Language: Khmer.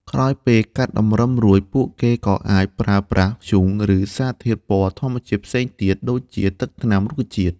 ក្រោយពេលកាត់តម្រឹមរួច ពួកគេក៏អាចប្រើប្រាស់ធ្យូង ឬសារធាតុពណ៌ធម្មជាតិផ្សេងទៀត (ដូចជាទឹកថ្នាំរុក្ខជាតិ)។